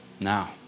now